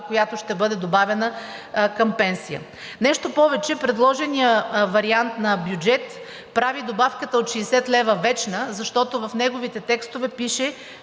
която ще бъде добавена към пенсията. Нещо повече, предложеният вариант на бюджет прави добавката от 60 лв. вечна, защото в неговите текстове пише,